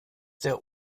der